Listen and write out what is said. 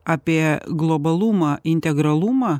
apie globalumą integralumą